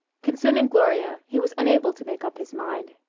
concerning gloria he was unable to make up his mind.